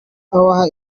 abaha